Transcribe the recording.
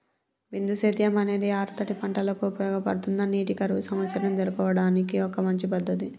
బిందు సేద్యం అనేది ఆరుతడి పంటలకు ఉపయోగపడుతుందా నీటి కరువు సమస్యను ఎదుర్కోవడానికి ఒక మంచి పద్ధతి?